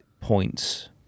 points